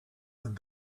and